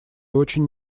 очень